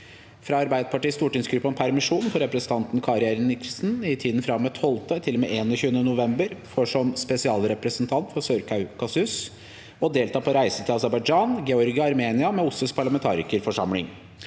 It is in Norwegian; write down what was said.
fra Arbeiderpartiets stortingsgruppe om permisjon for representanten Kari Henriksen i tiden fra og med 12. til og med 21. november for, som spesialrepresentant for Sør-Kaukasus, å delta på reise til Aserbajdsjan, Georgia og Armenia med OSSEs parlamentarikerforsamling